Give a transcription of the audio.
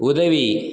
உதவி